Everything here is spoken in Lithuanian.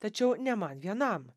tačiau ne man vienam